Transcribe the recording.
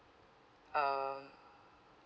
um